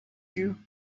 you